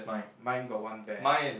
mine got one bear